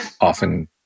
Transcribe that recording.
often